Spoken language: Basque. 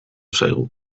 zaigu